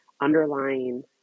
underlying